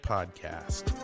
Podcast